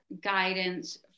guidance